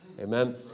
amen